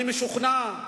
אני משוכנע,